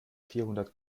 vierhundert